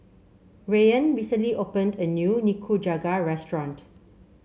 Rayan recently opened a new Nikujaga restaurant